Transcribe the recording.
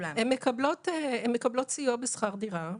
הן מקבלות סיוע בשכר דירה,